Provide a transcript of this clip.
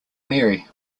mary